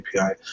API